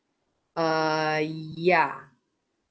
err ya